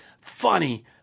funny